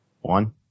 One